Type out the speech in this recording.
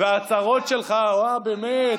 וההצהרות שלך, אל תגיד לי, באמת,